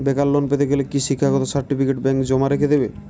বেকার লোন পেতে গেলে কি শিক্ষাগত সার্টিফিকেট ব্যাঙ্ক জমা রেখে দেবে?